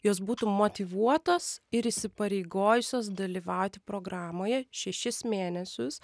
jos būtų motyvuotos ir įsipareigojusios dalyvauti programoje šešis mėnesius